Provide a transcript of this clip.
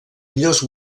millors